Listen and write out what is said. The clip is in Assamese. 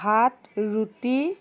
ভাত ৰুটি